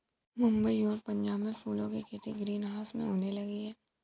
मुंबई और पंजाब में फूलों की खेती ग्रीन हाउस में होने लगी है